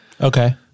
Okay